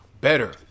better